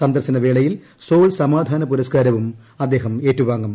സന്ദർശന വേളയിൽ സോൾ സമാധാനപുരസ്ക്കാരവും അദ്ദേഹം ഏറ്റുവാങ്ങും